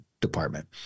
department